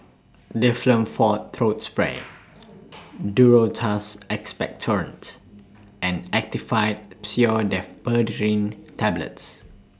Difflam Forte Throat Spray Duro Tuss Expectorant and Actifed Pseudoephedrine Tablets